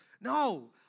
no